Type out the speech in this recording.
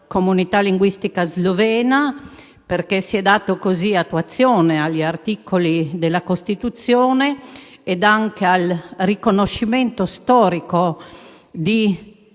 comunità linguistica slovena, perché con essa si è data attuazione agli articoli della Costituzione ed al riconoscimento storico di